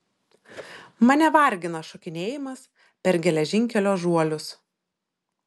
mane vargina šokinėjimas per geležinkelio žuolius